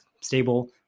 stable